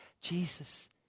Jesus